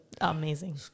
amazing